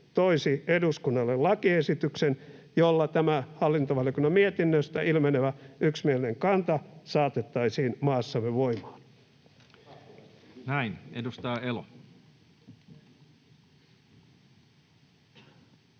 toisi eduskunnalle lakiesityksen, jolla tämä hallintovaliokunnan mietinnöstä ilmenevä yksimielinen kanta saatettaisiin maassamme voimaan. [Speech 192]